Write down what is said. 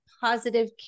positive